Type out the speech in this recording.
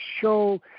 show